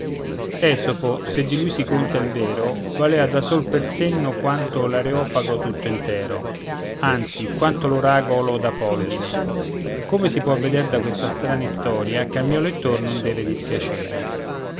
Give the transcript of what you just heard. esopo se di lui si conta il vero valea da sol per senno quanto l'areopago tutto intero anzi quanto l'oracolo d'apolline come si può vedere da questa strana istoria che al mio lettor non deve dispiacere